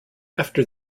after